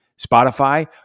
Spotify